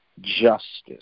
justice